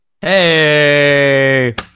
Hey